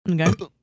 Okay